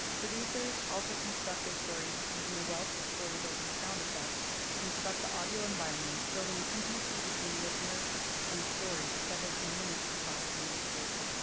producers also construct their stories using a wealth of story-building sound effects, to construct the audio environment, building an intimacy between listener and story, that has been mimicked across the mediascape.